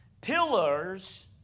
Pillars